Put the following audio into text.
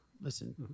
Listen